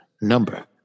number